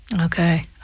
Okay